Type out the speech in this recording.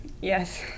Yes